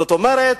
זאת אומרת,